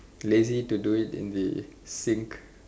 lazy to do it in the sink